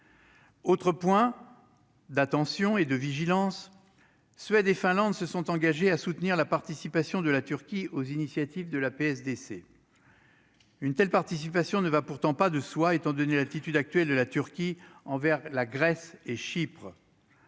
Autre point d'attention et de vigilance, Suède et Finlande se sont engagés à soutenir la participation de la Turquie aux initiatives de la PSD, c'est une telle participation ne va pourtant pas de soi, étant donné l'attitude actuelle de la Turquie envers la Grèce et Chypre,